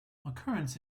occurrence